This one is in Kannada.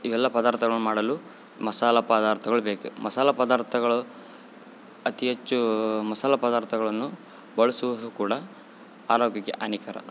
ಇವೆಲ್ಲ ಪದಾರ್ಥಗಳನ್ನು ಮಾಡಲು ಮಸಾಲೆ ಪದಾರ್ಥಗಳು ಬೇಕು ಮಸಾಲೆ ಪದಾರ್ಥಗಳು ಅತಿ ಹೆಚ್ಚು ಮಸಾಲೆ ಪದಾರ್ಥಗಳನ್ನು ಬಳ್ಸುವುದು ಕೂಡ ಆರೋಗ್ಯಕ್ಕೆ ಹಾನಿಕರ